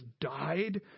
died